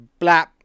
blap